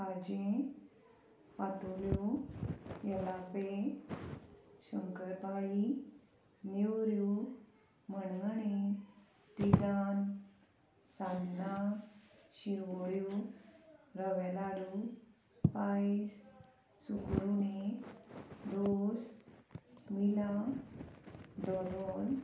खाजें पातोळ्यो एलापे शंकरपाळी नेवऱ्यो मणगणें तिजान सान्नां शिरवळ्यो रवेलाडू पायस सुकुरुणें रोस मिलां दोदोल